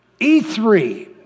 E3